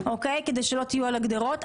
כדי שלא תהיו על הגדרות.